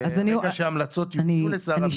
וברגע שההמלצות יוגשו לשר הביטחון --- אז אני אומרת,